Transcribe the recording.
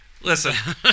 Listen